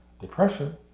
depression